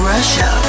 Russia